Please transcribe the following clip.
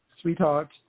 sweetheart